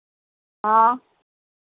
हाँ